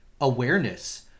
awareness